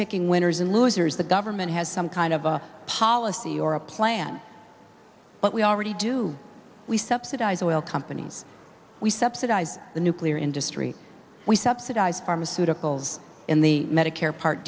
picking winners and losers the government has some kind of a policy or a plan but we already do we subsidize oil companies we subsidize the nuclear industry we subsidize pharmaceuticals in the medicare part